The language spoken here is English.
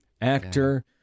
actor